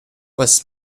was